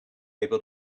able